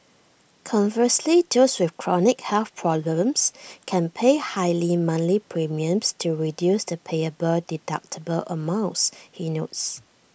conversely those with chronic health problems can pay higher monthly premiums to reduce the payable deductible amounts he notes